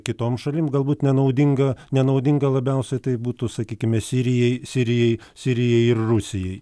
kitoms šalim galbūt nenaudinga nenaudinga labiausiai tai būtų sakykime sirijai sirijai sirijai ir rusijai